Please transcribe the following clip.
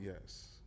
Yes